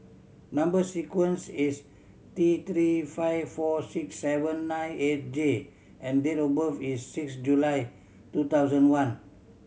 number sequence is T Three five four six seven nine eight J and date of birth is six July two thousand one